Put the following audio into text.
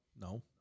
No